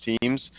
teams